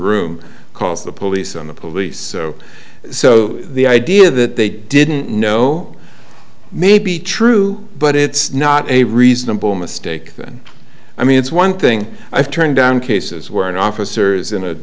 room calls the police on the police so the idea that they didn't know may be true but it's not a reasonable mistake i mean it's one thing i've turned down cases where an officers in